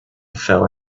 fell